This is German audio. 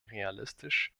realistisch